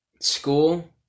School